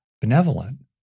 benevolent